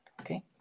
Okay